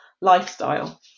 lifestyle